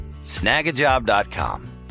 snagajob.com